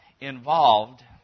involved